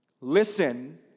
Listen